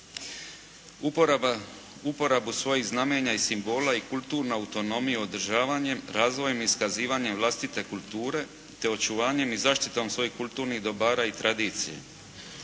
uporabu svojih znamenja i simbola i kulturna autonomija održavanjem, razvojem i iskazivanjem vlastite kulture te očuvanjem i zaštitom svojih kulturnih dobara i tradicije.